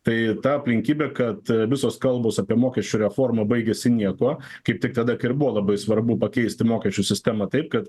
tai ta aplinkybė kad visos kalbos apie mokesčių reformą baigiasi niekuo kaip tik tada kai ir buvo labai svarbu pakeisti mokesčių sistemą taip kad